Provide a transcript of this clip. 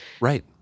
Right